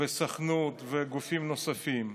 הסוכנות וגופים נוספים.